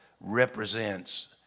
represents